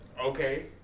Okay